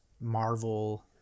marvel